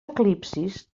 eclipsis